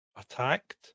attacked